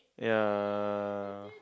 yeah